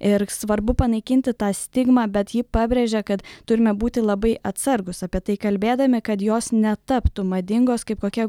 ir svarbu panaikinti tą stigmą bet ji pabrėžė kad turime būti labai atsargūs apie tai kalbėdami kad jos netaptų madingos kaip kokia